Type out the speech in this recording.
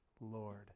Lord